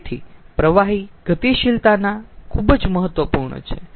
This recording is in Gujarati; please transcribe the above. તેથી પ્રવાહી ગતિશીલતા ખુબ જ મહત્વપૂર્ણ છે